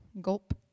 Gulp